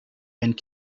and